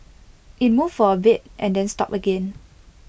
IT moved for A bit and then stopped again